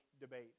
debate